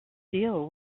deal